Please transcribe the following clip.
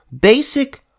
basic